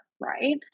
right